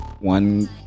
one